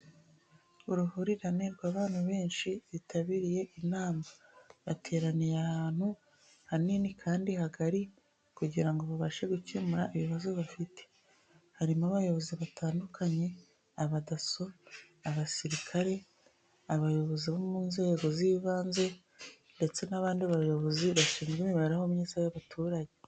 Uruhurirane rw'abantu benshi bitabiriye inama. Bateraniye ahantu hanini kandi hagari kugira ngo babashe gukemura ibibazo bafite. Harimo abayobozi batandukanye abadaso, abasirikare, abayobozi bo mu nzego z'ibanze, ndetse n'abandi bayobozi bashinzwe imibereho myiza y'abaturage.